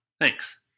Thanks